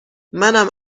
منم